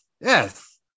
Yes